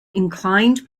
inclined